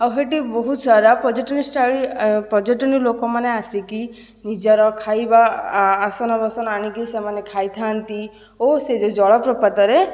ଆଉ ସେଠି ବହୁତ ସାରା ପର୍ଯ୍ୟଟନ ପର୍ଯ୍ୟଟନ ଲୋକମାନେ ଆସିକି ନିଜର ଖାଇବା ଆସନ ବାସନ ଆଣିକି ସେମାନେ ଖାଇଥାନ୍ତି ଓ ସେ ଯେଉଁ ଜଳପ୍ରପାତରେ